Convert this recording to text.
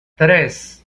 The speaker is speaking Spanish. tres